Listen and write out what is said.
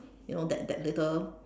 you know that that little